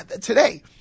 today